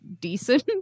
decent